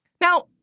Now